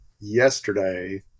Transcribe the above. yesterday